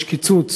יש קיצוץ